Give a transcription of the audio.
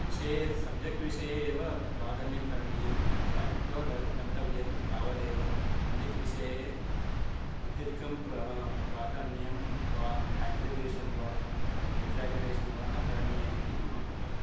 विषये सब्जेक्ट् विषये एव प्रादन्यं करणीयं पठित्वा ग गन्तव्यं तावदेव अन्यत् विषये अत्यधिकं प्र प्राधान्यं वा आग्रिगेषन् वा एक्जा़गरेषन् वा न करणीयमिति मम मतम्